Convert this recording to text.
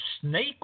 snake